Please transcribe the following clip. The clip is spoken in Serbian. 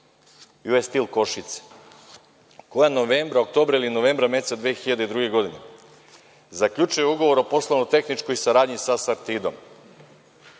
U.S. Steel Košice, koja novembra, oktobra ili novembra meseca 2002. godine zaključuje ugovor o poslovno tehničkoj saradnji sa „Sartidom“.